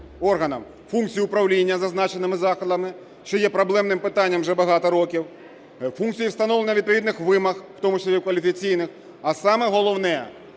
органам функцій управління зазначеними закладами, що є проблемним питанням вже багато років, функції встановлення відповідних вимог, в тому числі кваліфікаційних, а саме головне